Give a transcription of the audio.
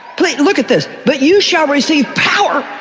look at this, but you shall receive power.